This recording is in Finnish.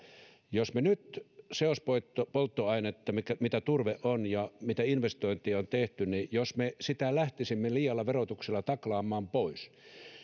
jos me nyt seospolttoainetta mitä turve on ja mihin investointeja on tehty lähtisimme liialla verotuksella taklaamaan pois